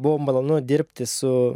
buvo malonu dirbti su